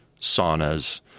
saunas